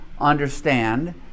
understand